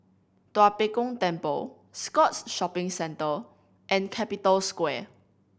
Tua Pek Kong Temple Scotts Shopping Centre and Capital Square